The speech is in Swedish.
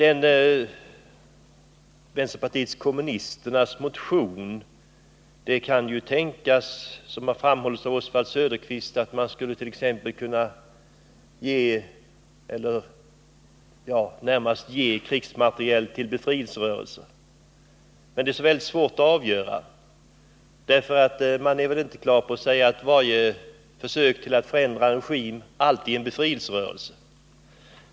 Enligt vänsterpartiet kommunisternas motion — det har också framhållits av Oswald Söderqvist — skulle man t.ex. kunna ge krigsmateriel till befrielserörelser. Men det måste bli ett väldigt svårt avgörande. Det är väl inte säkert att varje försök att förändra en regim alltid är en befrielserörelse.